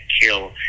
kill